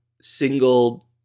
single